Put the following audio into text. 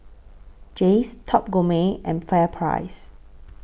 Jays Top Gourmet and FairPrice